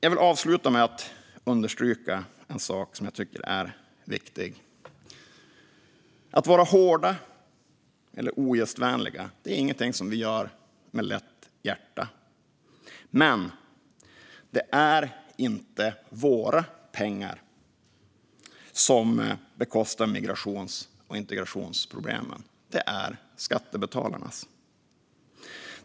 Jag vill avsluta med att understryka en sak som jag tycker är viktig: Att vara hårda och ogästvänliga är inget vi gör med lätt hjärta. Men det är inte våra pengar som bekostar migrations och integrationsproblemen, utan det är skattebetalarnas.